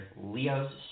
Leo's